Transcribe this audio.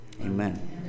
Amen